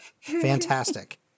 fantastic